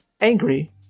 angry